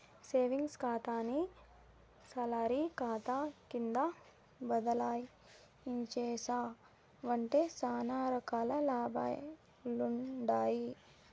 savings కాతాని salary కాతా కింద బదలాయించేశావంటే సానా రకాల లాభాలుండాయి